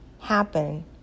happen